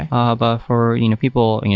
um ah for you know people, yeah